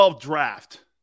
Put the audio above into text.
draft